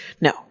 No